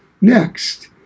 next